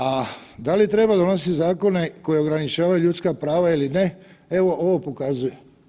A da li treba donositi zakone koji ograničavaju ljudska prava ili ne, evo ovo pokazuje.